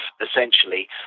essentially